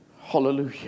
Hallelujah